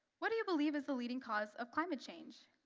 what do you believe is the leading cause of climate change?